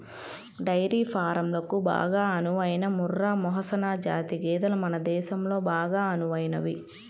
dairy ఫారంలకు బాగా అనువైన ముర్రా, మెహసనా జాతి గేదెలు మన దేశంలో బాగా అనువైనవి